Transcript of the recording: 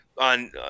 on